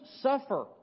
suffer